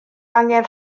angen